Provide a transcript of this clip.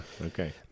okay